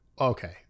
Okay